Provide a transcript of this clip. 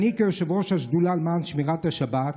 כיושב-ראש השדולה למען שמירת השבת,